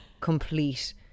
Complete